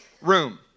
room